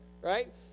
right